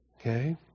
Okay